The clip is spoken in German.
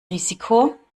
risiko